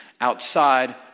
outside